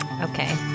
okay